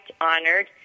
honored